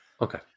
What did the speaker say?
Okay